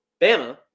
Bama